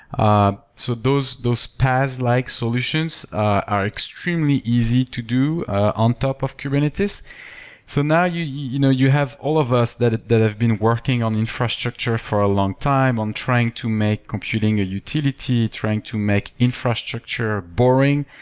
ah so those those pass-like solutions are extremely easy to do on top of kubernetes. so now, you you know you have all of us that that have been working on infrastructure for a long-time on trying to make computing a utility, trying to make infrastructure boring.